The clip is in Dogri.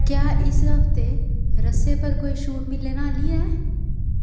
क्या इस हफ्तै रसें पर कोई छूट मिलन आह्ली ऐ